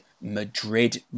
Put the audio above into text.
Madrid